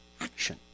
action